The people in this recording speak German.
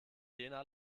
jena